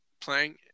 playing